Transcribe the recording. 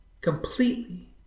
completely